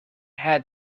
had